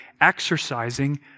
exercising